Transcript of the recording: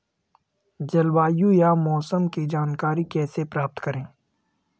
जलवायु या मौसम की जानकारी कैसे प्राप्त करें?